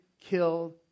killed